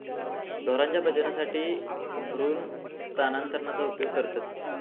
ढोरांच्या प्रजननासाठी भ्रूण स्थानांतरणाचा उपयोग करतत